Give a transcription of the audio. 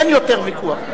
אין יותר ויכוח.